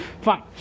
Fine